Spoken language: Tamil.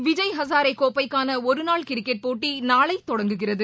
விஜய் ஹசாரேகோப்பைக்கானஒருநாள் கிரிக்கெட் போட்டிநாளைதொடங்குகிறது